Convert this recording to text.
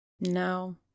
No